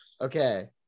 Okay